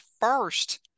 first